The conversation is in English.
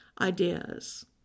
ideas